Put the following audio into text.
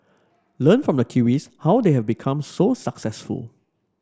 learn from the Kiwis how they have become so successful